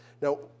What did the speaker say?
Now